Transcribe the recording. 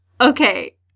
Okay